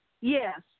Yes